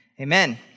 Amen